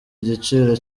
giciro